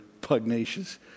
pugnacious